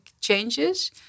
changes